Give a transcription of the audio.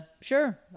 sure